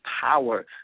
power